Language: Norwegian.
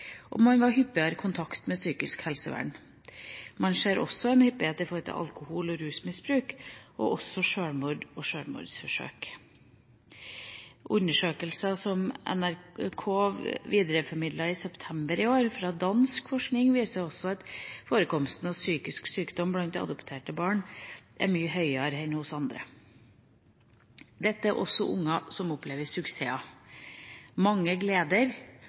og man var hyppigere i kontakt med psykisk helsevern. Man ser også en hyppighet når det gjelder alkohol- og rusmisbruk, og også når det gjelder sjølmord og sjølmordsforsøk. En undersøkelse som NRK i september i år videreformidlet fra dansk forskning, viste også at forekomsten av psykisk sykdom blant adopterte barn er mye høyere enn hos andre. Dette er også barn som opplever suksesser og mange gleder, og som gir mange gleder